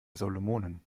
salomonen